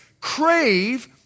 crave